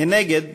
מנגד,